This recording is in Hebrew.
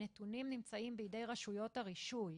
הנתונים נמצאים בידי רשויות הרישוי,